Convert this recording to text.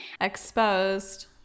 Exposed